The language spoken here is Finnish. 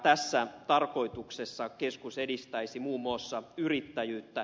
tässä tarkoituksessa keskus edistäisi muun muassa yrittäjyyttä